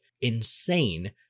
insane